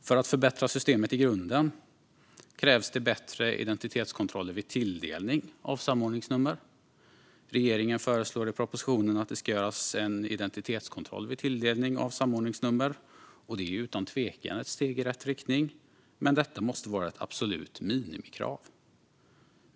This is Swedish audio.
För att förbättra systemet i grunden krävs det bättre identitetskontroller vid tilldelning av samordningsnummer. Regeringen föreslår i propositionen att det ska göras en identitetskontroll vid tilldelning av samordningsnummer. Det är utan tvekan ett steg i rätt riktning, men detta måste vara ett absolut minimikrav.